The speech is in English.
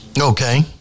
Okay